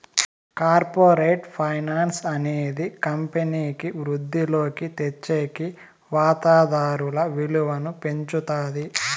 corporate finance అనేది కంపెనీకి వృద్ధిలోకి తెచ్చేకి వాతాదారుల విలువను పెంచుతాది